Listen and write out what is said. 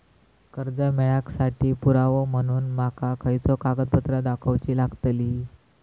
कर्जा मेळाक साठी पुरावो म्हणून माका खयचो कागदपत्र दाखवुची लागतली?